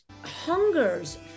hungers